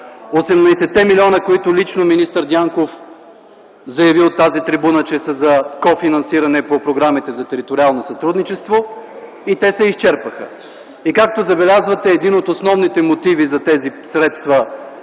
18-те млн., които лично министър Дянков заяви от тази трибуна, че са за кофинансиране по програмите за териториално сътрудничество и те са изчерпаха. Както забелязвате, един от основните мотиви за тези средства